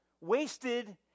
wasted